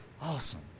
Awesome